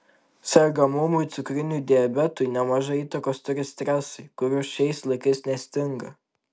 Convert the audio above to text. sergamumui cukriniu diabetu nemažai įtakos turi stresai kurių šiais laikais nestinga